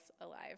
alive